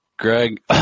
Greg